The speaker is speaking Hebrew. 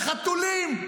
לחתולים.